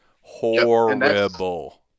horrible